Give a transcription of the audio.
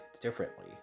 differently